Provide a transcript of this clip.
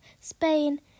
Spain